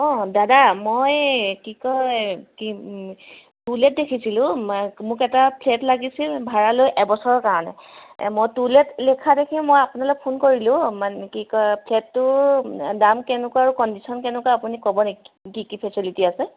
অঁ দাদা মই কিয় কয় টু লেট দেখিছিলোঁ মোক এটা ফ্লেট লাগিছিল ভাড়ালৈ এবছৰৰ কাৰণে মই টু লেট লিখা দেখি মই আপোনালৈ ফোন কৰিলোঁ মানে কি কয় ফ্লেটটোৰ দাম কেনেকুৱা আৰু কণ্ডিশ্যন কেনেকুৱা আপুনি ক'ব নেকি কি কি ফেচিলিটি আছে